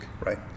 Right